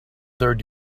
third